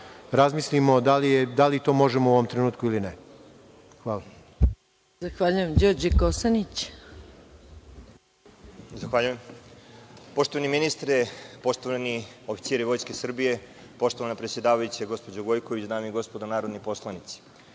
razmislimo da li to možemo u ovom trenutku ili ne. Hvala